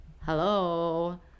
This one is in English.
hello